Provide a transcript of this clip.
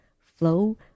flow